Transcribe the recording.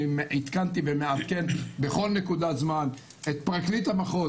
אני עידכנתי ומעדכן בכל נקודת זמן את פרקליט המחוז,